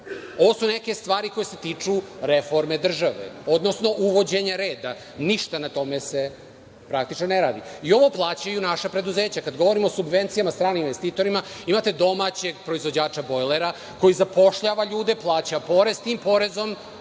Ovo su neke stvari koje se tiču reforme države, odnosno uvođenja reda. Ništa se praktično na tome ne radi. Ovo plaćaju naša preduzeća. Kada govorimo o subvencijama stranih investitora, imate domaćeg proizvođača bojlera koji zapošljava ljude, plaća porez i tim porezom